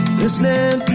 listening